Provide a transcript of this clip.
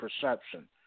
perception